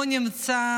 הוא נמצא